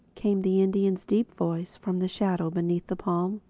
came the indian's deep voice from the shadow beneath the palm.